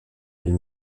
elle